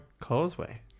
Causeway